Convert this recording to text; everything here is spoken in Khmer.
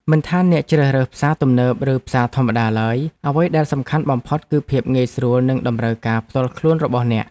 មិនថាអ្នកជ្រើសរើសផ្សារទំនើបឬផ្សារធម្មតាឡើយអ្វីដែលសំខាន់បំផុតគឺភាពងាយស្រួលនិងតម្រូវការផ្ទាល់ខ្លួនរបស់អ្នក។